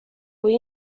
kui